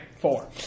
Four